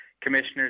commissioners